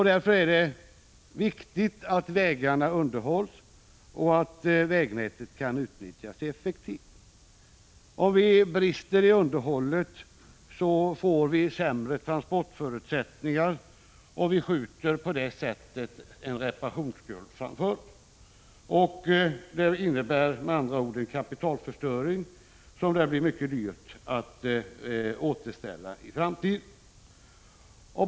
Därför är det viktigt att vägarna underhålls och att vägnätet kan utnyttjas effektivt. Om vi brister i underhållet får vi sämre transportförutsättningar, och vi skjuter på det sättet en reparationstopp framför oss. Det innebär förstöring av ett kapital som det blir mycket dyrt att återställa i framtiden.